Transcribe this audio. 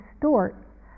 distort